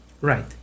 Right